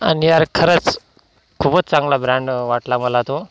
आणि यार खरंच खूपच चांगला ब्रँड वाटला मला तो